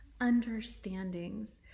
understandings